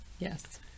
Yes